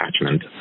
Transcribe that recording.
attachment